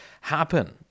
happen